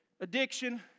addiction